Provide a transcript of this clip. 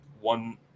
one